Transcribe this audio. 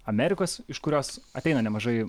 amerikos iš kurios ateina nemažai